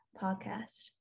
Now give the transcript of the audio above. podcast